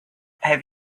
have